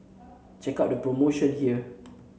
check out the promotion here